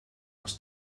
was